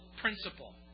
principle